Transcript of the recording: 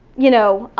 you know,